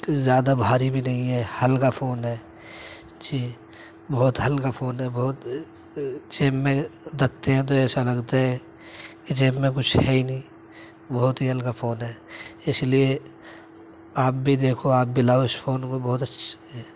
زیادہ بھاری بھی نہیں ہے ہلکا فون ہے جی بہت ہلکا فون ہے بہت جیب میں رکھتے ہیں تو ایسا لگتا ہے کہ جیب میں کچھ ہے ہی نہیں بہت ہی ہلکا فون ہے اس لیے آپ بھی دیکھو آپ بھی لاؤ اس فون کو بہت اچھا ہے